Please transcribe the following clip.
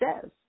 says